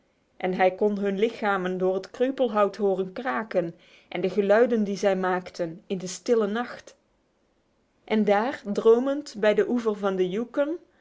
en hij kon hun lichamen door het kreupelhout horen kraken en de geluiden die zij maakten in de stille nacht en daar dromend bij de oever van de